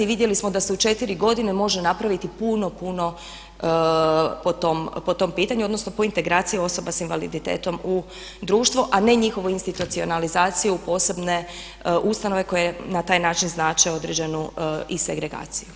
I vidjeli smo da se u 4 godine može napraviti puno, puno po tom pitanju, odnosno po integraciji osoba s invaliditetom u društvo, a ne njihovu institucionalizaciju u posebne ustanove koje na taj način znače određenu i segregaciju.